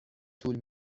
طول